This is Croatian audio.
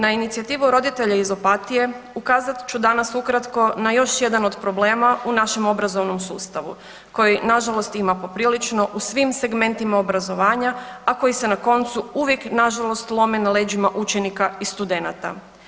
Na inicijativu roditelja iz Opatije ukazat ću danas ukratko na još jedan od problema u našem obrazovnom sustavu koji nažalost ima poprilično u svim segmentima obrazovanja, a koji se na koncu uvijek nažalost lome na leđima učenika i studenata.